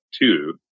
two